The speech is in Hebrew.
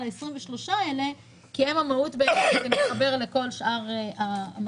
על ה-23% האלה כי הם המהות בעיניי וזה מתחבר לכל שאר המרכיבים.